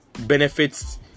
benefits